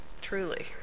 truly